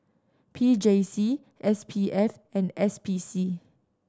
P J C S P F and S P C